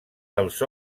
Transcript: dels